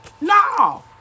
No